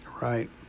right